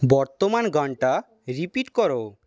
বর্তমান গানটা রিপিট করো